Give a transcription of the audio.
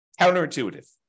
Counterintuitive